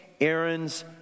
Aaron's